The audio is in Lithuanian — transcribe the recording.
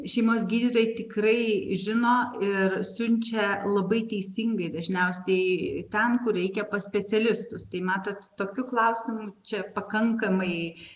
šeimos gydytojai tikrai žino ir siunčia labai teisingai dažniausiai ten kur reikia pas specialistus tai matot tokiu klausimu čia pakankamai